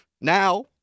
now